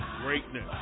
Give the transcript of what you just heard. greatness